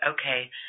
Okay